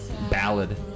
ballad